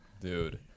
Dude